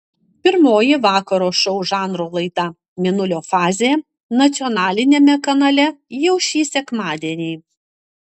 pirmoji vakaro šou žanro laida mėnulio fazė nacionaliniame kanale jau šį sekmadienį